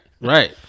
right